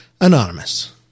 Anonymous